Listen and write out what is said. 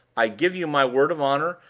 i give you my word of honor,